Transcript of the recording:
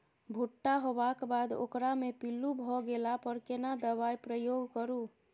भूट्टा होबाक बाद ओकरा मे पील्लू भ गेला पर केना दबाई प्रयोग करू?